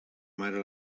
mare